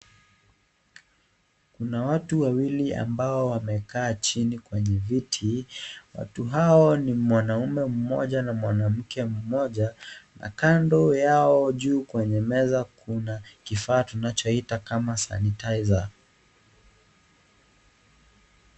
Kuna watu wawili ambao wamekaa chini kwenye viti, watu hao ni mwanaume mmoja na mwanamke mmoja, na kando yao juu kwenye meza kuna kifaa tunachoita kama (cs)sanitizer (cs).